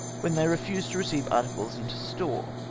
when they refused to receive articles into store.